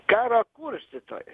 karo kurstytojai